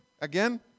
again